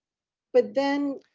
but then,